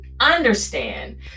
understand